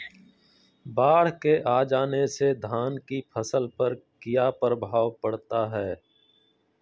बाढ़ के आ जाने से धान की फसल पर किया प्रभाव पड़ता है?